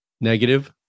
negative